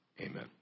amen